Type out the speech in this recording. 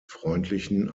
freundlichen